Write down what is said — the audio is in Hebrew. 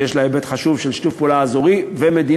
שיש לה היבט חשוב של שיתוף פעולה אזורי ומדיני.